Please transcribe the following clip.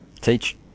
Teach